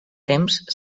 temps